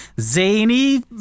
zany